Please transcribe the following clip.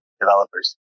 developers